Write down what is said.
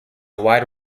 wide